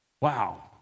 wow